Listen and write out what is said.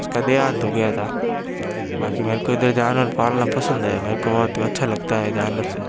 उसका देहांत हो गया था बाकि मेरे को तो जानवर पालना पसंद है मेरे को बहुत अच्छा लगता है जानवर से